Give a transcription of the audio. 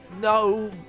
no